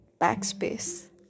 backspace